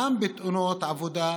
גם בתאונות עבודה,